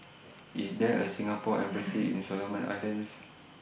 IS There A Singapore Embassy in Solomon Islands